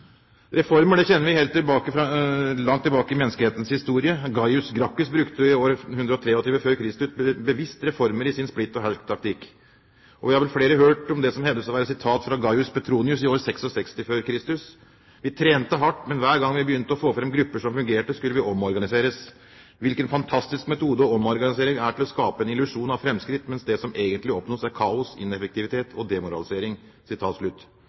kjenner vi til fra langt tilbake i menneskehetens historie. Gaius Gracchus brukte i år 123 f.Kr. bevisst reformer i sin splitt og hersk-taktikk. Vi har flere hørt det som hevdes å være sitat fra Gaius Petronius i år 66 f.Kr. : Vi trente hardt, men hver gang vi begynte å få fram grupper som fungerte, skulle vi omorganiseres. Hvilken fantastisk metode omorganisering er til å skape en illusjon av framskritt, mens det som egentlig oppnås, er kaos, ineffektivitet og demoralisering.